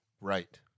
Right